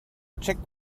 check